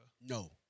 No